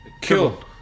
kill